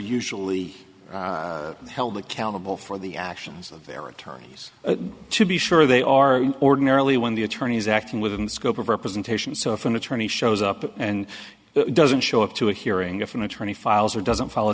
usually held accountable for the actions of their attorneys to be sure they are ordinarily when the attorneys acting within the scope of representation so if an attorney shows up and doesn't show up to a hearing if an attorney files or doesn't follow